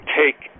take